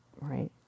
right